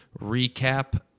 recap